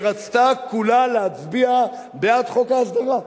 שרצתה כולה להצביע בעד חוק ההסדרה,